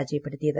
പരാജയപ്പെടുത്തിയത്